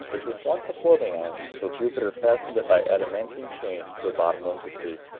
which was once a floating island, till jupiter fastened it by adamantine chains to the bottom of the sea.